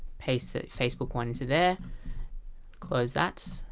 paste the facebook one into there close that,